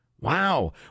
Wow